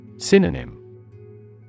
Synonym